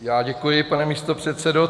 Já děkuji, pane místopředsedo.